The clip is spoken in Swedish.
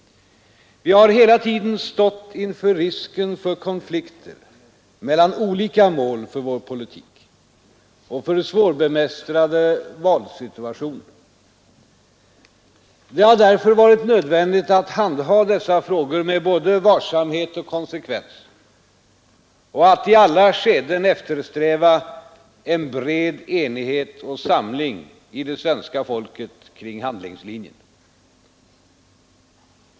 Vi har hela tiden stått inför risken av konflikter mellan olika mål för vår politik Nr 138 och inför svårbemästrade valsituationer. Det har därför varit nödvändigt Tisdagen den att handha dessa frågor med både varsamhet och konsekvens och att i alla 8 " C U 12 december 1972 skeden eftersträva en bred enighet och samling hos det svenska folket ————— kring handlingslinjen.